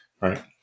right